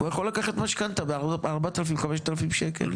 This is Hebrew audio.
והוא יכול לקחת משכנתא ב-4000-5000 שקלים.